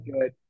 good